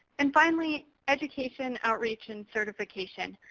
and finally, education, outreach, and certifications.